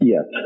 Yes